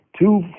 Two